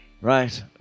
Right